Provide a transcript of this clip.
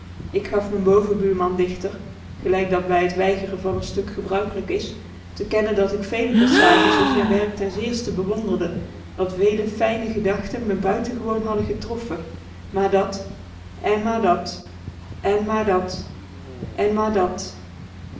ik gaf m'n bovenbuurman dichter gelijk dat bij het weigeren van een stuk gebruikelijk is te kennen dat ik vele passages in zijn werk ten zeerste bewonderde dat vele fijne gedachten me buitengewoon hadden getroffen maar dat en maar dat en maar dat en maar dat